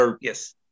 Yes